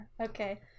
okay